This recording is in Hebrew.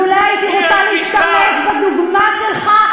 לולא הייתי רוצה להשתמש בדוגמה שלך,